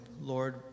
Lord